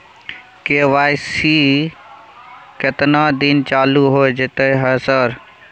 KYC केतना दिन चालू होय जेतै है सर?